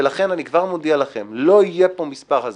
ולכן אני כבר מודיע לכם: לא יהיה מספר הזוי.